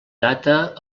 data